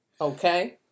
Okay